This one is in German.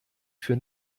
für